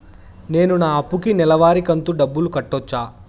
నేను నా అప్పుకి నెలవారి కంతు డబ్బులు కట్టొచ్చా?